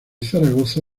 zaragoza